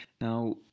Now